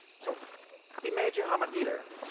so imagine i'm a dealer